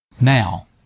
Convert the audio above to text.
now